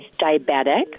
diabetic